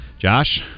Josh